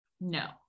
No